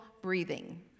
Breathing